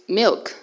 milk